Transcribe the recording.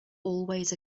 always